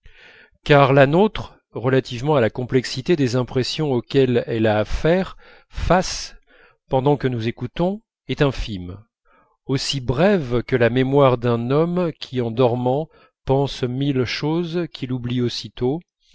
car la nôtre relativement à la complexité des impressions auxquelles elle a à faire face pendant que nous écoutons est infime aussi brève que la mémoire d'un homme qui en dormant pense mille choses qu'il oublie aussitôt